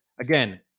again